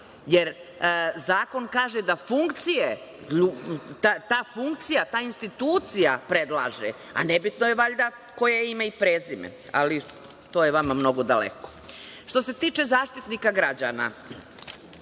Jer, zakon kaže da funkcija, ta institucija valjda predlaže, a nebitno je valjda koje je ime i prezime. Ali, to je vama mnogo daleko. Što se tiče Zaštitnika građana,